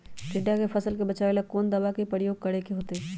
टिड्डा से फसल के बचावेला कौन दावा के प्रयोग करके होतै?